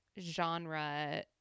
genre